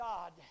God